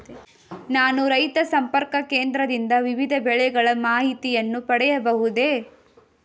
ನಾನು ರೈತ ಸಂಪರ್ಕ ಕೇಂದ್ರದಿಂದ ವಿವಿಧ ಬೆಳೆಗಳ ಮಾಹಿತಿಯನ್ನು ಪಡೆಯಬಹುದೇ?